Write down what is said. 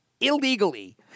illegally